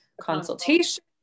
consultation